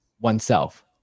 oneself